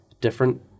different